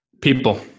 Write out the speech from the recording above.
People